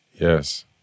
Yes